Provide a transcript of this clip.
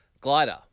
glider